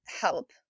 help